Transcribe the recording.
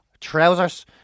trousers